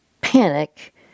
panic